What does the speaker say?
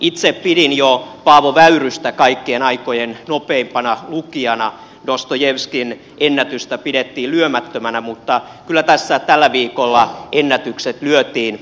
itse pidin jo paavo väyrystä kaikkien aikojen nopeimpana lukijana dostojevski ennätystä pidettiin lyömättömänä mutta kyllä tässä tällä viikolla ennätykset lyötiin